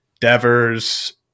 Devers